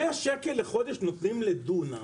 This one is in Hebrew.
מאה שקל לחודש נותנים לדונם,